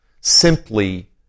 simply